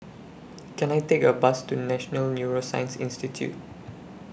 Can I Take A Bus to National Neuroscience Institute